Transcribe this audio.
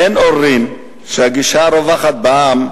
אין עוררין שהגישה הרווחת בעם,